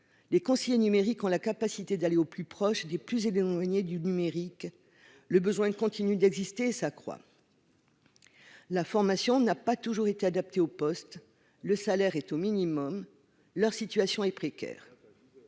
des conseillers numériques ont la capacité d'aller au plus proche des plus et des douaniers du numérique, le besoin continue d'exister, s'accroît. La formation n'a pas toujours été adopté au poste, le salaire est au minimum, leur situation est précaire